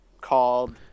called